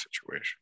situation